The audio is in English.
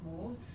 move